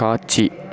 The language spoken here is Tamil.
காட்சி